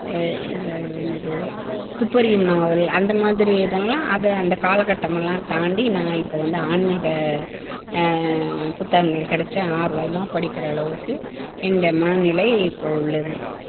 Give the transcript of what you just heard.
என்னது என்னது துப்பறியும் நாவல் அந்தமாதிரி இதெல்லாம் அதை அந்த காலகட்டமெல்லாம் தாண்டி நான் இப்போ வந்து ஆன்மீக புத்தகங்கள் கிடச்சா ஆர்வமாக படிக்கிற அளவுக்கு என்னுடைய மனநிலை இப்போது உள்ளது